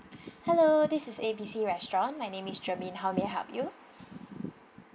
hello this is A B C restaurant my name is germaine how may I help you